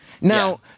Now